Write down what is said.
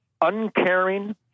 uncaring